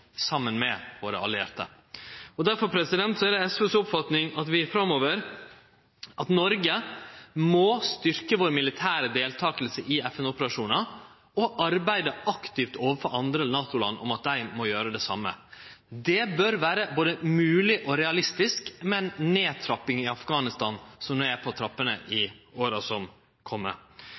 saman med våre allierte. Derfor er det SV si oppfatning at Noreg framover må styrkje si militære deltaking i FN-operasjonar og arbeide aktivt overfor NATO-land for at dei må gjere det same. Det bør vere både mogleg og realistisk, med ei nedtrapping i Afghanistan, som er på trappene i åra som